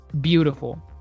Beautiful